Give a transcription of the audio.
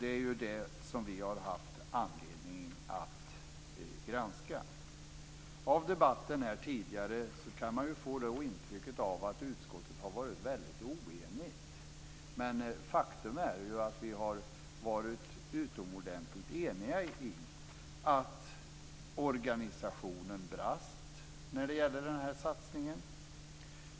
Det är det som vi har haft anledning att granska. Av debatten här kan man få intrycket att utskottet har varit oenigt. Faktum är att vi har varit utomordentligt eniga i uppfattningen att organisationen brast när det gällde satsningen.